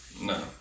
No